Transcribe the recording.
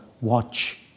watch